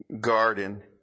garden